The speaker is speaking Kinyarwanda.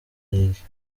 league